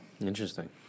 Interesting